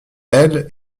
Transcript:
elle